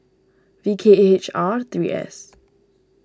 V K H R three S